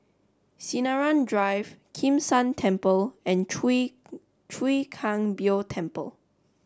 Sinaran Drive Kim San Temple and Chwee Chwee Kang Beo Temple